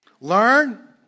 Learn